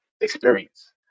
experience